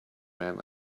man